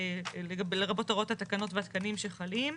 לרבות הוראות התקנות והתקנים שחלים".